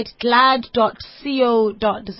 glad.co.za